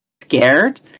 scared